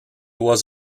was